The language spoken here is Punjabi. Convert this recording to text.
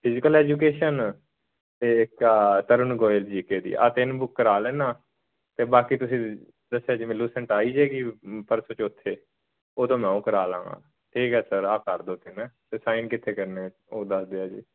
ਫਿਜੀਕਲ ਐਜੂਕੇਸ਼ਨ ਅਤੇ ਇੱਕ ਆਹ ਤਰੁਨ ਗੋਇਲ ਜੀਕੇ ਦੀ ਆ ਤਿੰਨ ਬੁੱਕ ਕਰਾ ਲੈਂਦਾ ਅਤੇ ਬਾਕੀ ਤੁਸੀਂ ਦੱਸਿਆ ਜਿਵੇਂ ਲੂਸੈਂਟ ਆ ਹੀ ਜੇਗੀ ਪਰਸੋਂ ਚੌਥੇ ਉਦੋਂ ਮੈਂ ਉਹ ਕਰਾ ਲਾਂਗਾ ਠੀਕ ਆ ਸਰ ਆ ਕਰੋ ਫਿਰ ਅਤੇ ਸਾਈਨ ਕਿੱਥੇ ਕਰਨੇ ਉਹ ਦੱਸ ਦਿਓ ਜੀ